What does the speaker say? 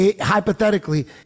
Hypothetically